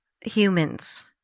humans